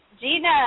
Gina